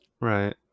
Right